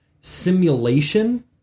simulation